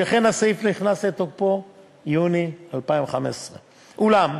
שכן הסעיף נכנס לתוקפו ביוני 2015. ואולם,